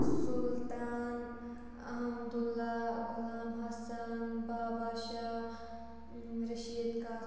Sultan Ahmadullah Ghulam Hassan Baba Shah Rashid Kak